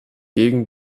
gegen